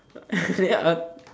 then uh